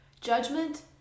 judgment